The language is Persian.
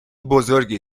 بزرگی